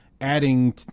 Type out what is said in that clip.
adding